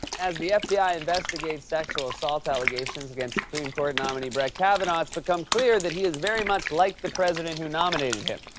as the fbi investigators sexual-assault allegations against supreme court nominee brett kavanaugh, it's become clear that he is very much like the president who nominated him.